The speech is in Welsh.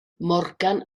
morgan